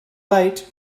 late